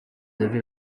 avez